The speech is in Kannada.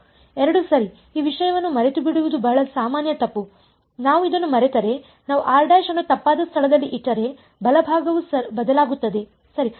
2 ಸರಿ ಈ ವಿಷಯವನ್ನು ಮರೆತುಬಿಡುವುದು ಬಹಳ ಸಾಮಾನ್ಯ ತಪ್ಪು ನಾವು ಇದನ್ನು ಮರೆತರೆ ನಾವು ಅನ್ನು ತಪ್ಪಾದ ಸ್ಥಳದಲ್ಲಿ ಇಟ್ಟರೆ ಬಲಭಾಗವು ಬದಲಾಗುತ್ತದೆ ಸರಿ